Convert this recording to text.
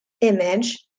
image